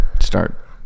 start